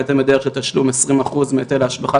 ולכן מלכתחילה באו ואמרו שצריך לאגד את כל הדבר הזה בחקיקה ראשית,